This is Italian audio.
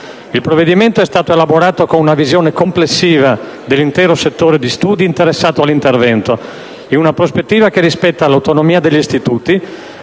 Il provvedimento è stato elaborato con una visione complessiva dell'intero settore di studi interessato all'intervento, in una prospettiva che rispetta l'autonomia degli istituti,